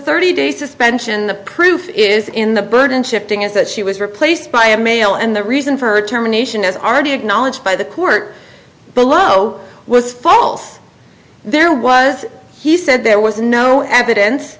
thirty day suspension the proof is in the burden shifting is that she was replaced by a male and the reason for her terminations is already acknowledged by the court below was false there was he said there was no evidence